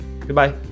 Goodbye